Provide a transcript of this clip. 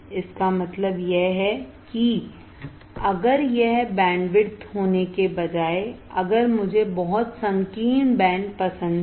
इसका मतलब यह है कि अगर यह बैंडविड्थ होने के बजाय अगर मुझे बहुत संकीर्ण बैंड पसंद है